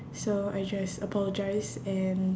so I just apologise and